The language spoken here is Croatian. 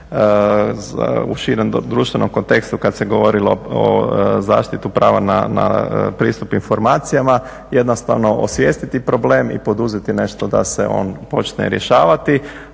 u širem društvenom kontekstu kad se govorilo o zaštiti prava na pristup informacijama, jednostavno osvijestiti problem i poduzeti nešto da se on počne rješavati,